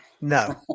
No